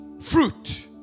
fruit